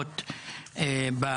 לא